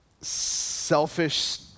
selfish